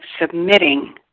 submitting